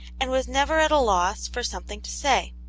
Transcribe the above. and was never at a loss for something to say.